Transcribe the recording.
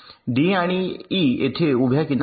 D आणि E येथे उभ्या किनार आहेत